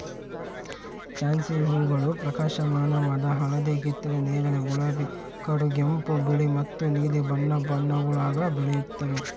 fancy ಹೂಗಳು ಪ್ರಕಾಶಮಾನವಾದ ಹಳದಿ ಕಿತ್ತಳೆ ನೇರಳೆ ಗುಲಾಬಿ ಕಡುಗೆಂಪು ಬಿಳಿ ಮತ್ತು ನೀಲಿ ಬಣ್ಣ ಬಣ್ಣಗುಳಾಗ ಬೆಳೆಯುತ್ತವೆ